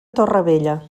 torrevella